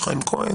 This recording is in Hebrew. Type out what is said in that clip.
יש חיים כהן,